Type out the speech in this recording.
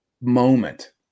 moment